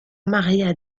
maría